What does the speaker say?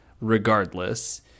regardless